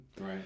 Right